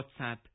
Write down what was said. WhatsApp